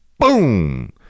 Boom